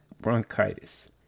bronchitis